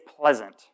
pleasant